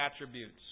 attributes